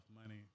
money